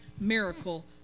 miracle